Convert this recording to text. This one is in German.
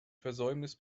versäumnis